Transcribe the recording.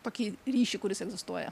tokį ryšį kuris egzistuoja